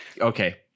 okay